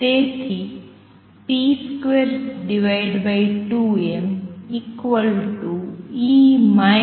તેથી p22mE V